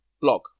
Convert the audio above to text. blog